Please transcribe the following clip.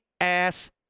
ass